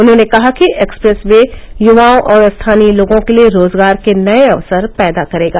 उन्होंने कहा कि एक्सप्रेस वे युवाओं और स्थानीय लोगों के लिये रोजगार के नये अवसर पैदा करेगा